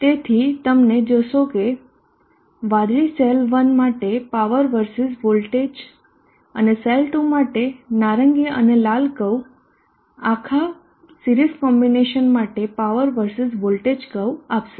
તેથી તમે જોશો કે વાદળી સેલ 1 માટે પાવર versus વોલ્ટેજ અને સેલ 2 માટે નારંગી અને લાલ કર્વ આખા સિરીઝ કોમ્બિનેશન માટે પાવર versus વોલ્ટેજ કર્વ આપશે